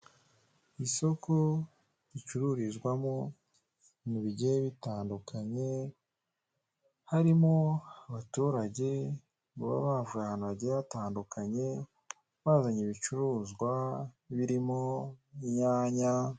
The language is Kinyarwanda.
Isoko ricururizwamo ibintu bigiye bitandukanye, harimo abaturage baba bavuye ahantu hagiye hatandukanye, bazanye ibicuruzwa birimo imyanya,